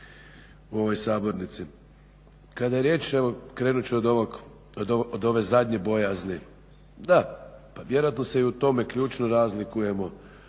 u ovoj sabornici. Kada je riječ, evo krenut ću od ove zadnje bojazni, da pa vjerojatno se i u tome ključno razlikujemo.